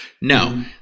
no